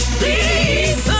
please